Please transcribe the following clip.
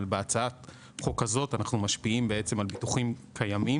אבל בהצעת חוק כזאת אנחנו משפיעים על ביטוחים קיימים.